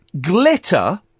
Glitter